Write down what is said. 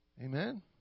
Amen